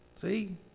See